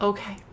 Okay